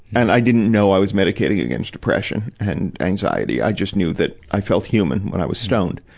and i didn't know i was medicating against depression and anxiety. i just knew that i felt human when i was stoned.